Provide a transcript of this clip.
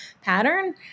pattern